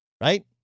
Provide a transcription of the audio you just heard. Right